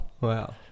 wow